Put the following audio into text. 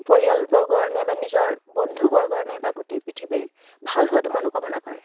পৰিয়ালবৰ্গৰ নাই বা নিজৰ বন্ধুবৰ্গ নাই বা গোটেই পৃথিৱীৰ ভাল হোৱাটো মনোকামনা কৰে